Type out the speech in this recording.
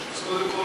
אבל איזו?